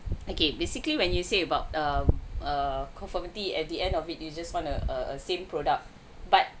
okay basically when you say about err err conformity at the end of it you just want a a same product but